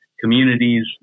communities